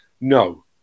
No